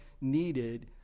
needed